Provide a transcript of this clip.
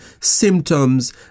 symptoms